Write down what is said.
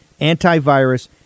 antivirus